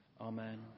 Amen